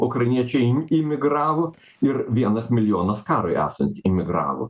ukrainiečių im imigravo ir vienas milijonas karui esant imigravo